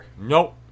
Nope